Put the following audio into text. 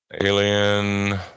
alien